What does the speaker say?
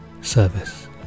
service